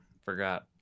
Forgot